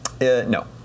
no